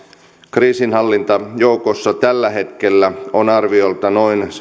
kriisinhallintajoukoissa tällä hetkellä on arviolta noin